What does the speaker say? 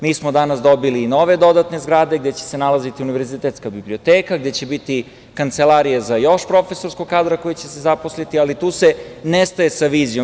Mi smo danas dobili i nove dodatne zgrade gde će se nalaziti univerzitetska biblioteka, gde će biti kancelarije za još profesorskog kadra koji će se zaposliti, ali tu se ne staje sa vizijom.